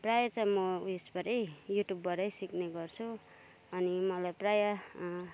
प्रायः चाहिँ म यसबाटै युट्युबबाटै सिक्ने गर्छु अनि मलाई प्रायः